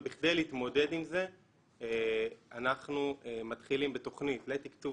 ובכדי להתמודד עם זה אנחנו מתחילים בתוכנית לתקצוב